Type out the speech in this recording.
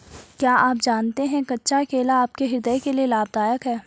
क्या आप जानते है कच्चा केला आपके हृदय के लिए लाभदायक है?